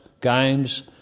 games